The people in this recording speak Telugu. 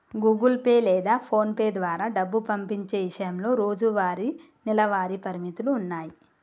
గుగుల్ పే లేదా పోన్పే ద్వారా డబ్బు పంపించే ఇషయంలో రోజువారీ, నెలవారీ పరిమితులున్నాయి